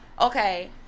okay